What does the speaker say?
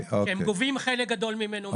שהם גובים חלק גדול ממנו מההורים.